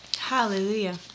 Hallelujah